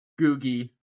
Googie